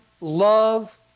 love